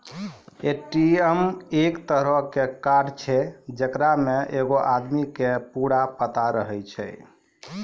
ATM एक तरहो के कार्ड छै जेकरा मे एगो आदमी के पूरा पता रहै छै